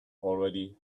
already